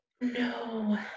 No